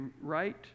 right